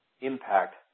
impact